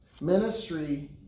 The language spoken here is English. ministry